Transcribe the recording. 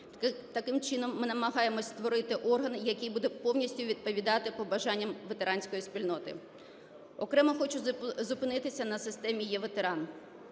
Таким чином, ми намагаємося створити орган, який буде повністю відповідати побажанням ветеранської спільноти. Окремо хочу зупинитися на системі "Е-ветеран".